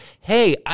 hey